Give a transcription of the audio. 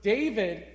David